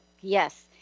yes